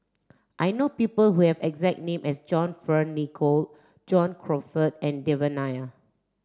I know people who have exact name as John Fearn Nicoll John Crawfurd and Devan Nair